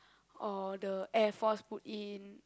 or the Air Force put in